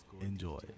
Enjoy